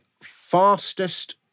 fastest